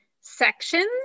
sections